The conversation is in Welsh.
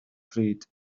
pryd